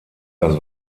das